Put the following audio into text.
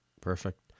perfect